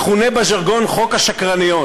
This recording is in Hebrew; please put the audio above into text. מכונה בז'רגון חוק השקרניות,